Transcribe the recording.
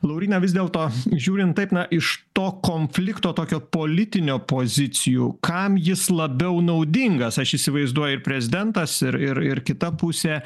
lauryna vis dėlto žiūrint taip na iš to konflikto tokio politinio pozicijų kam jis labiau naudingas aš įsivaizduoju ir prezidentas ir ir ir kita pusė